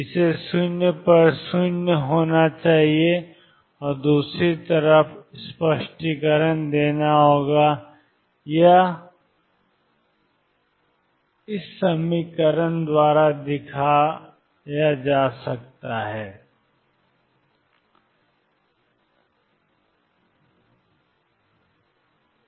इसे 0 पर 0 होना चाहिए और दूसरी तरफ स्पष्टीकरण देना होगा यह e 2mE2x है